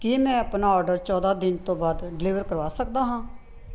ਕੀ ਮੈਂ ਆਪਣਾ ਆਰਡਰ ਚੌਦ੍ਹਾਂ ਦਿਨ ਤੋਂ ਬਾਅਦ ਡਿਲੀਵਰ ਕਰਵਾ ਸਕਦਾ ਹਾਂ